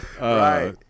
Right